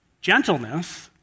Gentleness